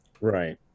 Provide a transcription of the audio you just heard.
Right